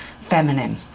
feminine